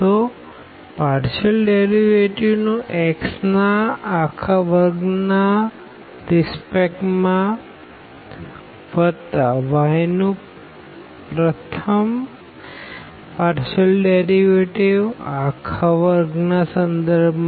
તો પ્રથમ partial derivative નું xના અખા વર્ગ ના સંદર્ભ માં વત્તા y નું પ્રથમ પાર્ડેશિઅલ ડેરીવેટીવ અખા વર્ગ ના સંદર્ભ માં